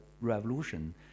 Revolution